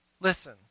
listen